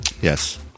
Yes